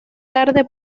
tarde